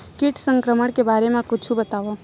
कीट संक्रमण के बारे म कुछु बतावव?